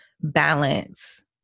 balance